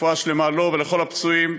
רפואה שלמה לו ולכל הפצועים,